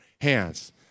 hands